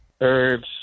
herbs